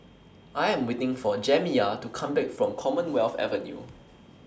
I Am waiting For Jamiya to Come Back from Commonwealth Avenue